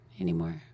anymore